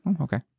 okay